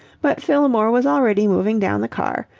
but fillmore was already moving down the car,